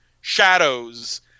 Shadows